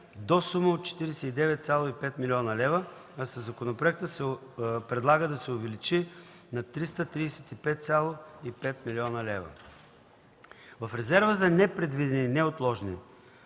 до сума 49,5 млн. лв., а със законопроекта се предлага да се увеличи на 335,5 млн. лв. В резерва за непредвидени и неотложни